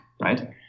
right